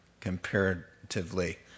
comparatively